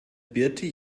birte